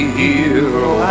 hero